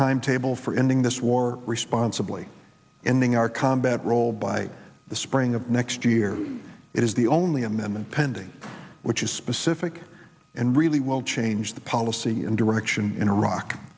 timetable for ending this war responsibly in the our combat role by the spring of next year it is the only amendment pen doing which is specific and really will change the policy and direction in iraq